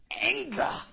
anger